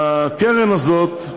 והקרן הזאת,